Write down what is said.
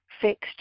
fixed